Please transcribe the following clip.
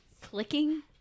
Clicking